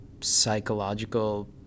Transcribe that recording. psychological